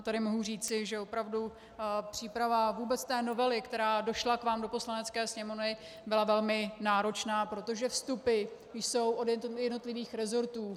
A tady mohu říci, že opravdu příprava vůbec té novely, která došla k vám do Poslanecké sněmovny, byla velmi náročná, protože vstupy jsou od jednotlivých rezortů.